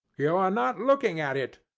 you are not looking at it,